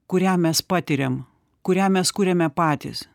kurią mes patiriam kurią mes kuriame patys